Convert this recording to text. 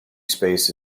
space